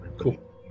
Cool